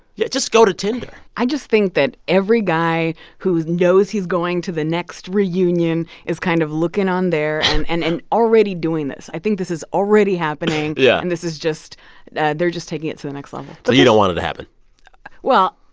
yeah, just go to tinder i just think that every guy who knows he's going to the next reunion is kind of looking on there and and and already doing this. i think this is already happening yeah and this is just they're just taking it to the next level so you don't want it to happen well,